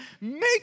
Make